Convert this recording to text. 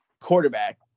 quarterback